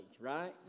right